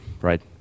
Right